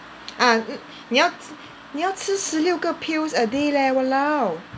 uh 你要你要吃十六个 pills a day leh !walao!